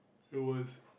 it was